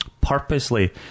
purposely